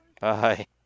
Bye